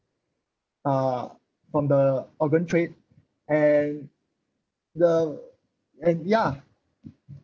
uh from the organ trade and the and ya